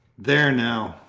there now,